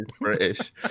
British